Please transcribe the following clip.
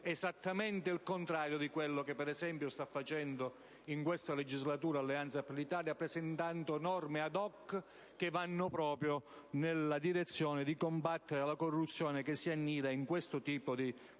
esattamente il contrario di quello che, per esempio, sta facendo in questa legislatura Alleanza per l'Italia, presentando norme *ad hoc* che vanno proprio nella direzione di combattere la corruzione che si annida in questo tipo di procedure